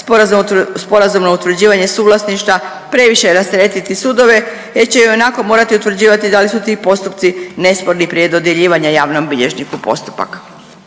sporazumno utvrđivanje suvlasništva previše rasteretiti sudove jer će ionako morati utvrđivati da li su ti postupci nesporni prije dodjeljivanja javnom bilježniku postupaka.